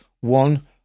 one